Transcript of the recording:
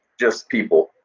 just people.